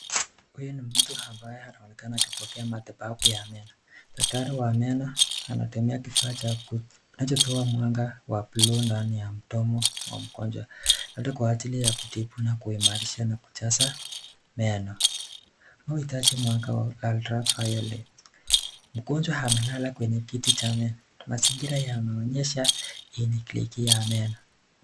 Huyu ni mtu ambaye anaonekana akipokea matibabu ya meno. Daktari wa meno anatumia kifaa cha kutoa mwanga wa blue ndani ya mdomo wa mgonjwa. Labda kwa ajili ya kutibu na kuimarisha na kuchaza meno. Ambao hutachi mwanga wa ultraviolet . Mgonjwa amelala kwenye kiti cha meno. Mazingira yanaonyesha hili ni clinic ya meno.